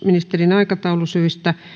ministerin aikataulusyistä